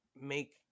make